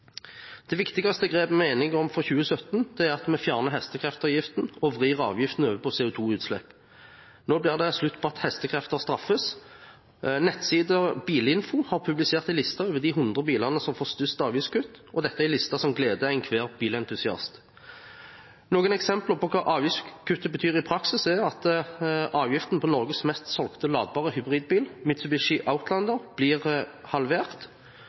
Det viktigste grepet som vi er enige om for 2017, er å fjerne hestekraftavgiften og å vri avgiften over på CO 2 -utslipp. Nå blir det slutt på at hestekrefter straffes. Nettsiden bilinfo.no har publisert en liste på de 100 bilene som får størst avgiftskutt, en liste som gleder enhver bilentusiast. Noen eksempler på hva avgiftskuttet betyr i praksis, er at avgiften på Norges mest solgte ladbare hybridbil, Mitsubishi Outlander, blir halvert,